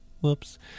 Whoops